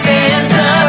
Santa